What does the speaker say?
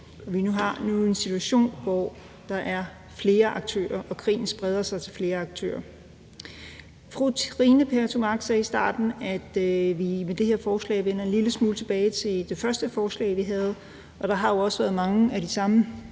Vi har nu en situation, hvor der er flere aktører, og hvor krigen spreder sig til flere aktører. Fru Trine Pertou Mach sagde i starten, at vi jo med det her forslag vender en lille smule tilbage til det første forslag, der var på, og det har også været mange af de samme